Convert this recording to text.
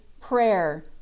prayer